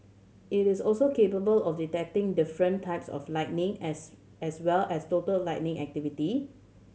it is also capable of detecting different types of lightning as as well as total lightning activity